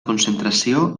concentració